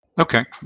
Okay